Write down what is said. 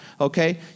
okay